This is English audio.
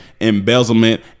embezzlement